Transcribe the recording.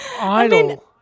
idle